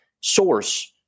source